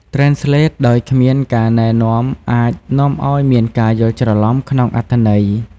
Translate ដោយគ្មានការណែនាំអាចនាំឲ្យមានការយល់ច្រឡំក្នុងអត្ថន័យ។